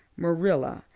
marilla,